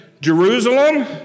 Jerusalem